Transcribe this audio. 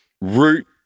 Root